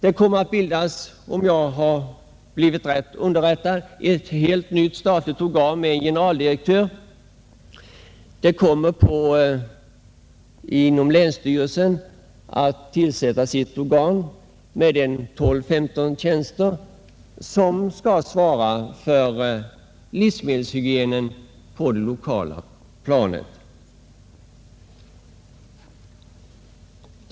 Om jag är riktigt underrättad, kommer det att inrättas ett helt nytt statligt verk med en generaldirektör i toppen. Länsstyrelsen kommer att få ett organ med 12—15 tjänster, som skall svara för livsmedelshygienen på det lokala planet.